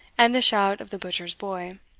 and the shout of the butcher's boy.